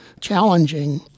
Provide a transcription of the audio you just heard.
challenging